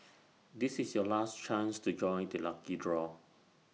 this is your last chance to join the lucky draw